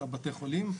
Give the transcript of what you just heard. לבתי חולים,